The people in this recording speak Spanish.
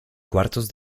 cuartos